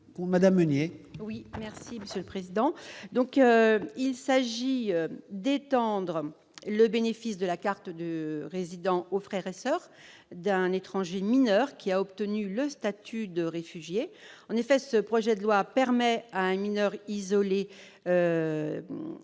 parole est à Mme Michelle Meunier. Il s'agit d'étendre le bénéfice de la carte de résident aux frères et soeurs d'un étranger mineur qui a obtenu le statut de réfugié. En effet, ce projet de loi offre à un mineur isolé